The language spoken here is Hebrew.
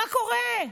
מה קורה?